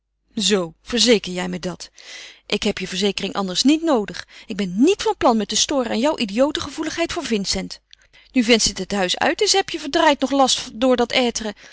zoo verzeker jij me dat ik heb je verzekering anders niet noodig ik ben niet van plan me te storen aan jouw idiote gevoeligheid voor vincent nu vincent het huis uit is heb je verdraaid nog last door